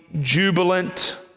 jubilant